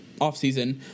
offseason